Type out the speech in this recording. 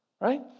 Right